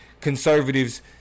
conservatives